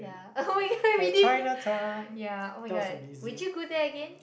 ya oh-my-god we didn't do ya oh-my-god would you go there again